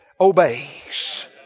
Obey's